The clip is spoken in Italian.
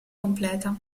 completa